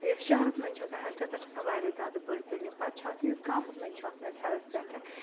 یۄس شَہرَس منٛز چھُ آسان ہیٚلتھ تَتھ چھِ آسان واریاہ زیادٕ بٔڑ بِلڈِنٛگ پَتہٕ چھُ آسان یُس گامَس منٛز چھُ آسان اَسہِ ہیٚلٕتھ سیٚنٹَر